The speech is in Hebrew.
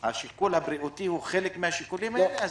שהשיקול הבריאותי הוא חלק מהשיקולים האלה.